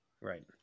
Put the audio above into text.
Right